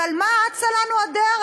ועל מה אצה לנו הדרך?